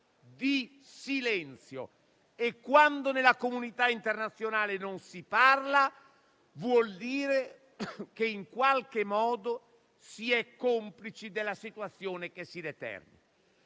di silenzio. Quando nella comunità internazionale non si parla, vuol dire che in qualche modo si è complici della situazione che si determina.